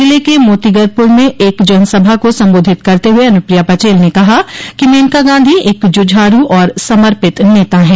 जिले के मोतीगरपुर में एक जनसभा को संबोधित करते हुए अनुप्रिया पटेल ने कहा कि मेनका गांधी एक जुझारू और समर्पित नता है